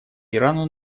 ирану